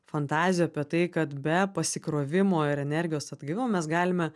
fantazijų apie tai kad be pasikrovimo ir energijos atgavimo mes galime